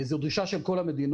זאת דרישה של כל המדינות.